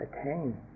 attain